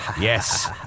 yes